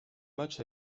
match